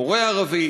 מורה ערבי,